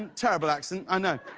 and terrible accent, i know.